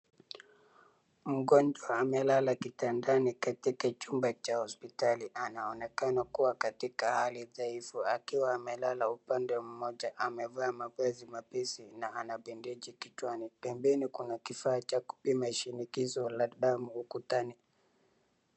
Mgonjwa amelala kitandani katika chumba cha hospitali. Anaonekana kuwa katika hali dhaifu akiwa amelala upande mmoja. Amevaa mavazi mepesi na ana bendeji kichwani. Pembeni kuna kifaa cha kupima shinikizo la damu ukutani.